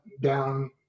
down